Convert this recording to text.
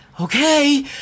okay